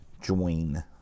join